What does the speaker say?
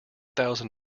thousand